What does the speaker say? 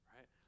Right